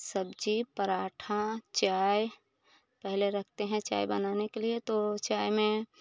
सब्ज़ी पराठा चाय पहले रखते हैं चाय बनाने के लिए तो चाय में